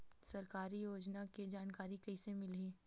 सरकारी योजना के जानकारी कइसे मिलही?